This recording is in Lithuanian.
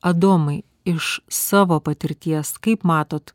adomui iš savo patirties kaip matot